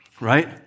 Right